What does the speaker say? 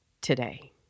today